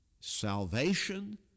salvation